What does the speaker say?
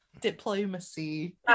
Diplomacy